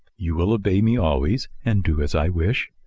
you will obey me always and do as i wish?